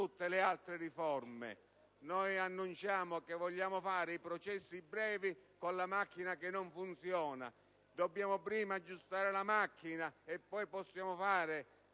Annunciamo che vogliamo fare i processi brevi con una macchina non funzionante. Dobbiamo prima aggiustare la macchina, e poi possiamo fare